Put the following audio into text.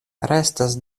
restas